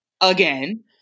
again